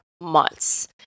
months